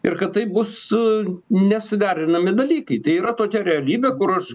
ir kad taip bus nesuderinami dalykai tai yra tokia realybė kur aš